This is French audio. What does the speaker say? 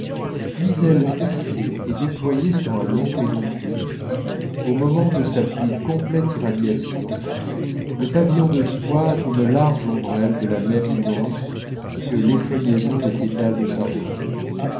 puis elle hissait et déployait sur un long pédoncule au moment de sa plus complète irradiation le pavillon de soie d'une large ombrelle de la même nuance que l'effeuillaison des pétales de sa robe